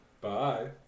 Bye